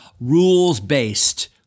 rules-based